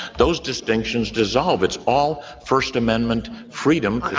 those distinctions dissolve. it's all first amendment freedom.